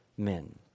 men